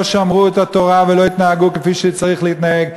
שמרו את התורה ולא התנהגו כפי שצריך להתנהג,